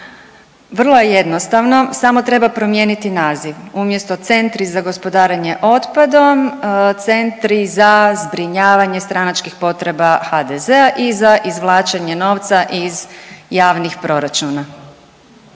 Vrlo je jednostavno samo treba promijeniti naziv, umjesto centri za gospodarenje otpadom centri za zbrinjavanje stranačkih potreba HDZ-a i za izvlačenje novca iz javnih proračuna.